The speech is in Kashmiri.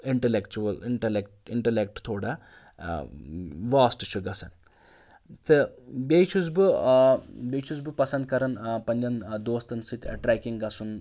اِنٹلٮ۪کچُوَل اِنٹَلٮ۪کٹ اِنٹلٮ۪کٹ تھوڑا واسٹ چھُ گژھان تہٕ بیٚیہِ چھُس بہٕ بیٚیہِ چھُس بہٕ پَسنٛد کَران پنٛنٮ۪ن دوستَن سۭتۍ ٹرٛٮ۪کِنٛگ گَژھُن